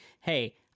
hey